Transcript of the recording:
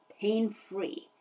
pain-free